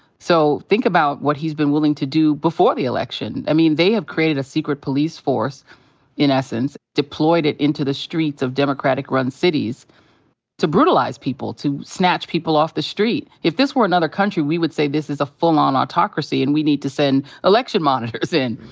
so think about what he's been willing to do before the election. i mean, they have created a secret police force in essence, deployed it into the streets of democratic-run cities to brutalize people, to snatch people off the street. if this were another country, we would say this is a full-on autocracy and we need to send election monitors in.